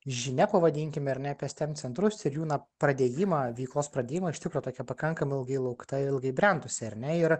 žinia pavadinkim ar ne apie steam centrus ir jų na pradėjimą veiklos pradėjimą iš tikro tokia pakankamai ilgai laukta ilgai brendusi ar ne ir